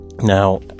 now